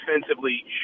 defensively